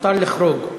מותר לחרוג.